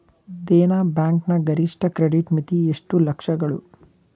Dena bank ನ ಗರಿಷ್ಠ credit ಮಿತಿ ಎಷ್ಟು ಲಕ್ಷಗಳು?